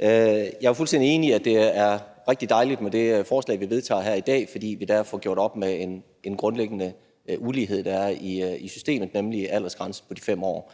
Jeg er jo fuldstændig enig i, at det er rigtig dejligt med det forslag, vi vedtager her i dag, fordi vi der får gjort op med en grundlæggende ulighed, der er i systemet, nemlig aldersgrænsen på de 5 år.